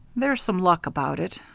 there's some luck about it.